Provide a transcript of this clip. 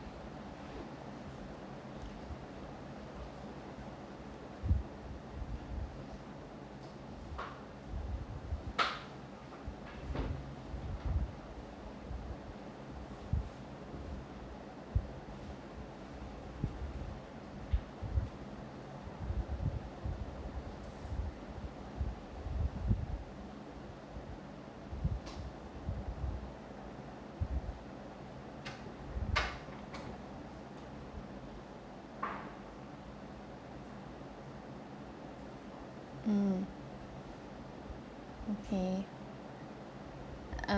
mm okay